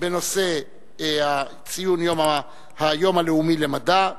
בנושא ציון היום הלאומי למדע,